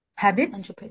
Habits